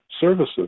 services